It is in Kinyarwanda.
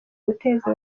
guteza